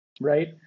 right